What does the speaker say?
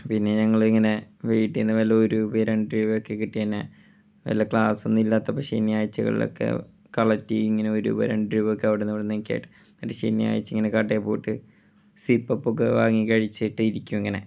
പിന്നെ ഞങ്ങൾ ഇങ്ങനെ വീട്ടിൽ നിന്ന് വല്ല ഒരു രൂപയും രണ്ട് രൂപയുമൊക്കെ കിട്ടിയതിന്നെ വല്ല ക്ലാസ്സൊന്നും ഇല്ലാത്തപ്പം ശനിയാഴ്ചകളിലൊക്കെ കളക്ട് ചെയ്യും ഇങ്ങനെ ഒരു രൂപ രണ്ട് രൂപ ഒക്കെ അവിടുന്നും ഇവിടുന്നുമൊക്കെ ആയിട്ട് എന്നിട്ട് ശനിയാഴ്ച് ഇങ്ങനെ കടയിൽ പോയിട്ട് സിപ്പപ്പൊക്കെ വാങ്ങി കഴിച്ചിട്ട് ഇരിക്കും ഇങ്ങനെ